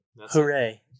Hooray